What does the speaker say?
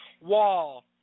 wall